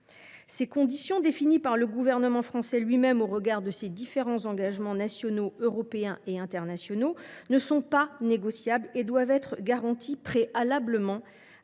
Ces conditions, définies par le gouvernement français lui même au regard de ses différents engagements nationaux, européens et internationaux, ne sont pas négociables et doivent être garanties préalablement